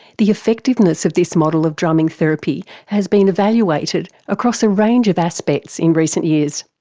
the effectiveness of this model of drumming therapy has been evaluated across a range of aspects in recent years.